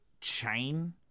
chain